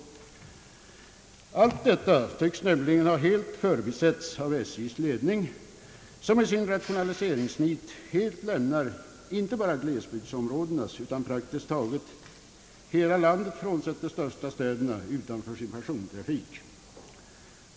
Allt detta tycks nämligen ha helt förbisetts av SJ:s ledning, som i sitt rationaliseringsnit helt lämnar inte bara glesbygdsområdena utan praktiskt taget hela landet, frånsett de större städerna, utanför sin persontrafik.